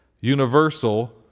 universal